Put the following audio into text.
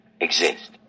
exist